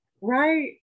right